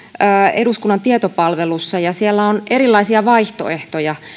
eduskunnan tietopalvelussa ja siellä on erilaisia vaihtoehtoja